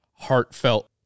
heartfelt